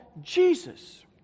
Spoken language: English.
Jesus